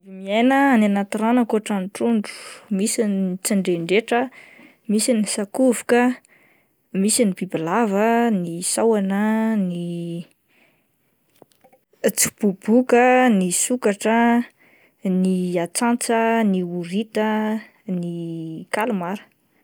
Miaina any anaty rano akoatran'ny trondro misy ny tsindrendretra, misy ny sakovoka, misy ny bibilava, ny sahona, ny tsiboboka, ny sokatra, ny atsantsa, ny horita, ny kalmara.